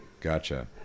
Gotcha